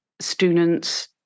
Students